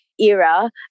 era